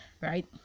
right